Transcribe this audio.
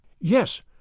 Yes